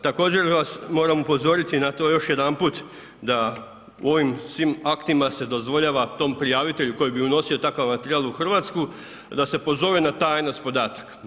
Također vas moram upozoriti na to još jedanput da u ovim svim aktima dozvoljava tom prijavitelju koji bi unosio takav materijal u Hrvatsku da se pozove na tajnost podataka.